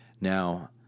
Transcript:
Now